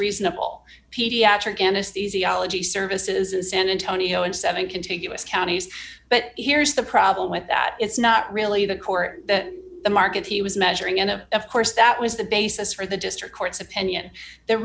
reasonable pediatric anesthesiology services in san antonio and seven contiguous counties but here's the problem with that it's not really the court the market he was measuring and of course that was the basis for the district court's opinion the